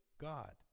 God